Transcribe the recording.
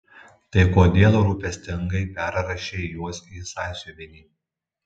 tai kodėl rūpestingai perrašei juos į sąsiuvinį